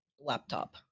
laptop